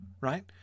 right